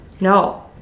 No